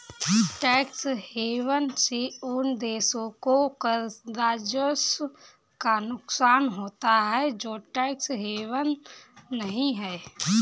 tax haven से उन देशों को कर राजस्व का नुकसान होता है जो टैक्स हेवन नहीं हैं